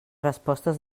respostes